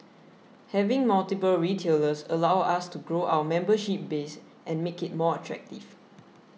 having multiple retailers allows us to grow our membership base and make it more attractive